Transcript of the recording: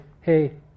hey